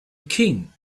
king